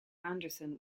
anderson